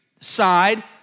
side